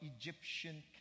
Egyptian